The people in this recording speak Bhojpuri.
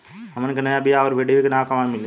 हमन के नया बीया आउरडिभी के नाव कहवा मीली?